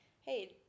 hey